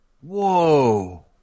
Whoa